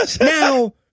now